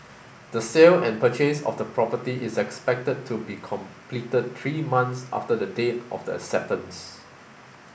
the sale and purchase of the property is expected to be completed three months after the date of the acceptance